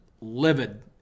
livid